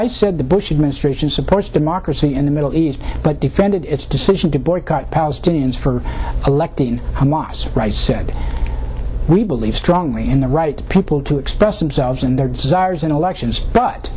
rice said the bush administration supports democracy in the middle east but defended its decision to boycott palestinians for electing hamas said we believe strongly in the right people to express themselves and their desires in elections but